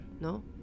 no